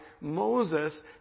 Moses